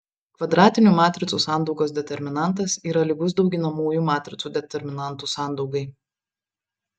kvadratinių matricų sandaugos determinantas yra lygus dauginamųjų matricų determinantų sandaugai